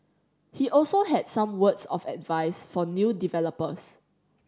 he also had some words of advice for new developers